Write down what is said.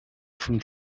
from